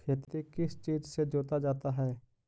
खेती किस चीज से जोता जाता है?